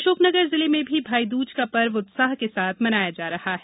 अशोक नगर जिले मे भी भाईदूज का पर्व उत्साह के साथ मनाया जा रहा है